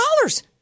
dollars